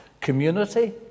community